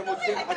אתם לא מתביישים?